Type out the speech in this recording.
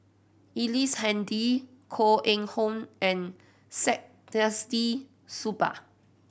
Ellice Handy Koh Eng Hoon and Saktiandi Supaat